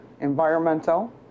environmental